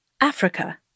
Africa